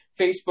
facebook